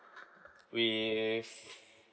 with